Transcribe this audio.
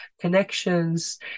connections